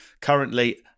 Currently